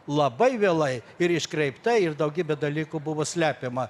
labai vėlai ir iškreipta ir daugybė dalykų buvo slepiama